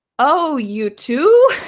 oh, you too?